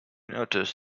notice